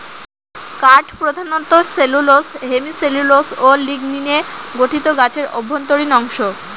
কাঠ প্রধানত cellulose hemicellulose ও লিগনিনে গঠিত গাছের অভ্যন্তরীণ অংশ